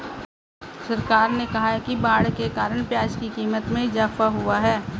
सरकार ने कहा कि बाढ़ के कारण प्याज़ की क़ीमत में इजाफ़ा हुआ है